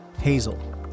Hazel